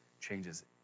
changes